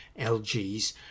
LG's